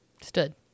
stood